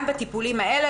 גם בטיפולי האלה,